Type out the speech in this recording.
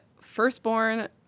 firstborn